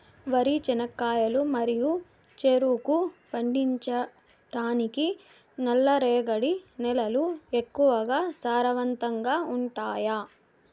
వరి, చెనక్కాయలు మరియు చెరుకు పండించటానికి నల్లరేగడి నేలలు ఎక్కువగా సారవంతంగా ఉంటాయా?